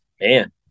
man